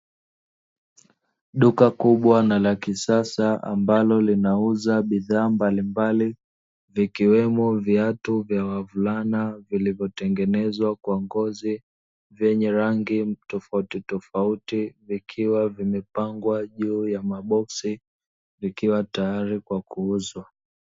Duka kubwa na la kisasa ambalo linauza bidhaa mbalimbali, ikiwemo viatu vya wavulana vilivyo tengenezwa kwa ngozi, vyenye rangi tofautitofauti vikiwa vimepangwa juu ya maboksi vikiwa tayari kwa kuuzwa.